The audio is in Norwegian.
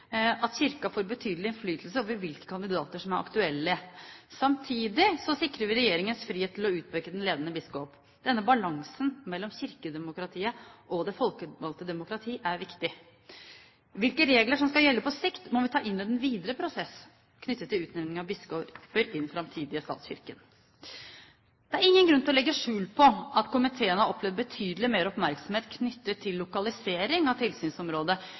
at Kirken får betydelig innflytelse over hvilke kandidater som er aktuelle. Samtidig sikrer vi regjeringens frihet til å utpeke den ledende biskop. Denne balansen mellom kirkedemokratiet og det folkevalgte demokrati er viktig. Hvilke regler som skal gjelde på sikt, må vi ta i den videre prosess, knyttet til utnevning av biskoper i den framtidige statskirken. Det er ingen grunn til å legge skjul på at komiteen har opplevd betydelig mer oppmerksomhet knyttet til lokalisering av tilsynsområdet,